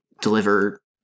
deliver